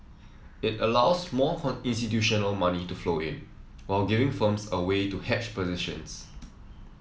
it allows more institutional money to flow in while giving firms a way to hedge positions